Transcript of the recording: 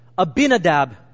Abinadab